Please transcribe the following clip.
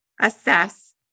assess